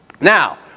Now